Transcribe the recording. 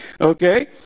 okay